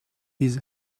his